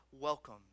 welcome